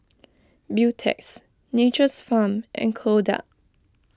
Beautex Nature's Farm and Kodak